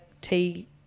tea